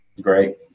Great